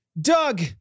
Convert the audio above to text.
Doug